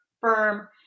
firm